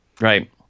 Right